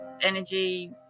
energy